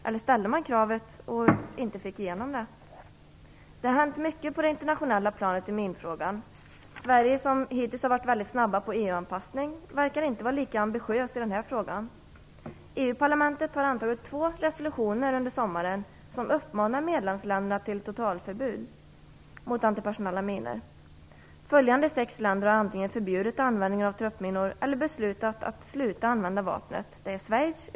Eller ställde man ett krav utan att få igenom det? Det har hänt mycket på det internationella planet i minfrågan. Sverige, som hittills varit väldigt snabbt med en EU-anpassning, verkar inte vara lika ambitiöst i den här frågan. EU-parlamentet antog under sommaren två resolutioner som uppmanar medlemsländerna till totalförbud mot antipersonella minor. Följande sex länder har antingen förbjudit användning av truppminor eller beslutat att sluta använda det vapnet: Belgien.